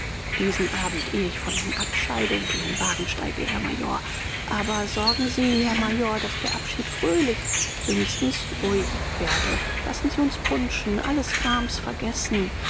diesen abend ehe ich von ihnen abscheide und in den wagen steige herr major aber sorgen sie herr major daß der abschied fröhlich wenigstens ruhig werde lassen sie uns punschen alles grams vergessen